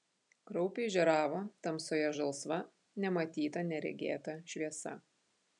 kraupiai žėravo tamsoje žalsva nematyta neregėta šviesa